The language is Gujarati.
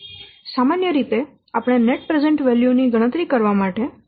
સામાન્ય રીતે આપણે નેટ પ્રેઝન્ટ વેલ્યુ ની ગણતરી કરવા માટે ડિસ્કાઉન્ટ રેટ નો ઉપયોગ કરવો જોઈએ